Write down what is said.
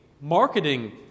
marketing